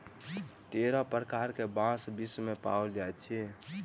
तेरह प्रकार के बांस विश्व मे पाओल जाइत अछि